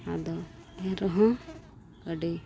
ᱟᱫᱚ ᱮᱱ ᱨᱮᱦᱚᱸ ᱟᱹᱰᱤ